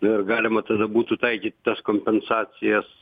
ir galima tada būtų taikyt tas kompensacijas